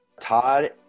Todd